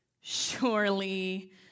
Surely